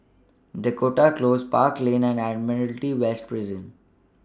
Dakota Close Park Lane and Admiralty West Prison